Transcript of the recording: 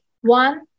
One